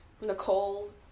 Nicole